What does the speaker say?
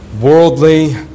worldly